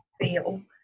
feel